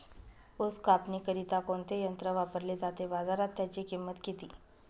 ऊस कापणीकरिता कोणते यंत्र वापरले जाते? बाजारात त्याची किंमत किती?